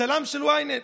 צלם של ynet,